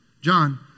John